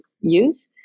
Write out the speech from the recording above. use